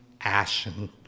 ashen